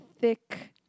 thick